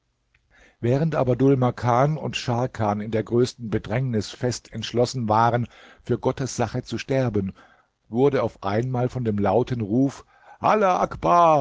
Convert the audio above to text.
während aber dhul makan und scharkan in der größten bedrängnis fest entschlossen waren für gottes sache zu sterben wurde auf einmal von dem lauten ruf allah akbar